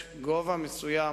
יש גובה מסוים